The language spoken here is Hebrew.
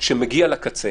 שמגיע לקצה.